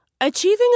Achieving